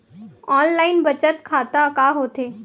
Online बचत खाता का होथे?